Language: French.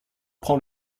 prend